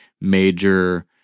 major